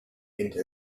into